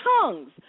tongues